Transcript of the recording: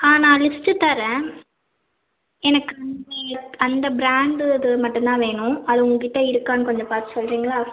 ஆ நான் லிஸ்ட்டு தர்றேன் எனக்கு அங்கேயே அந்த ப்ராண்ட் இது மட்டும் தான் வேணும் அதில் உங்கக்கிட்டே இருக்கான்னு கொஞ்சம் பார்த்து சொல்கிறிங்களா